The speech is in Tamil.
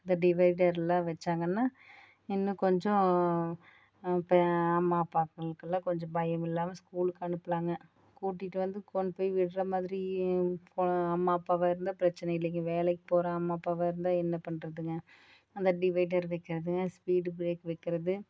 இந்த டிவைடர்லாம் வைச்சாங்கன்னா இன்னும் கொஞ்சம் இப்போ அம்மா அப்பாக்களுக்கெல்லாம் கொஞ்சம் பயமில்லாமல் ஸ்கூலுக்கு அனுப்பலாங்க கூட்டிகிட்டு வந்து கொண்டுட்டு போய் விடுற மாதிரி அம்மா அப்பாவாக இருந்தால் பிரச்சனை இல்லைங்க வேலைக்கு போகிற அம்மா அப்பாவாக இருந்தால் என்ன பண்ணுறதுங்க அந்த டிவைடர் வைக்கிறது ஸ்பீட் பிரேக் வைக்கிறது